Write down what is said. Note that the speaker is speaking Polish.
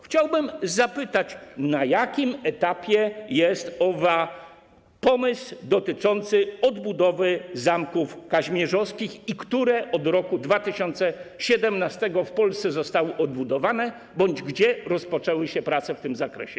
Chciałbym zapytać, na jakim etapie jest ów pomysł dotyczący odbudowy zamków kazimierzowskich i które od roku 2017 w Polsce zostały odbudowane bądź gdzie rozpoczęły się prace w tym zakresie.